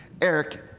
Eric